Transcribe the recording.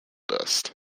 dust